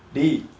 dey